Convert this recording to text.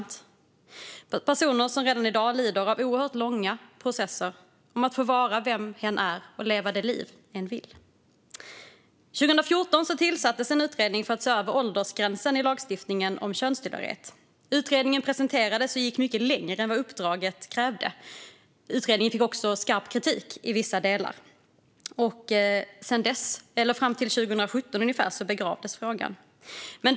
Detta är personer som redan i dag lider av oerhört långa processer för att få vara den som hen är och leva det liv som hen vill. År 2014 tillsattes en utredning för att se över åldersgränsen i lagstiftningen om könstillhörighet. Utredningen presenterades och gick mycket längre än vad uppdraget krävde. Utredningen fick också skarp kritik i vissa delar, och fram till ungefär 2017 begravdes frågan.